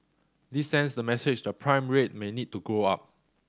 this sends the message the prime rate may need to go up